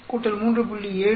4 3